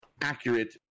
accurate